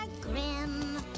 grim